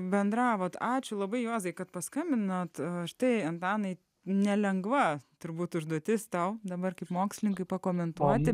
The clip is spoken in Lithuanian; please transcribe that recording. bendravote ačiū labai juozai kad paskambinot štai antanai nelengva turbūt užduotis tau dabar kaip mokslininkui pakomentuoti